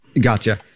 gotcha